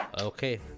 Okay